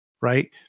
right